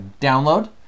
download